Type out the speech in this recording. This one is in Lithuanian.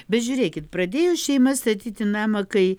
bet žiūrėkit pradėjo šeima statyti namą kai